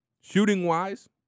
Shooting-wise